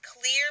clear